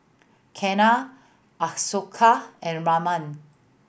Ketna Ashoka and Raman